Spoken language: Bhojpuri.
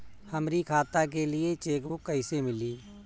हमरी खाता के लिए चेकबुक कईसे मिली?